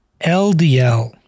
LDL